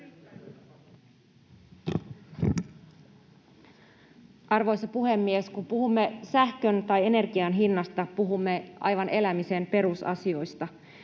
Arvoisa puhemies! Kun puhumme sähkön tai energian hinnasta, puhumme aivan elämisen perusasioista.